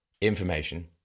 information